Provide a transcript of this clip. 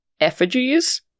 effigies